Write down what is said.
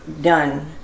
done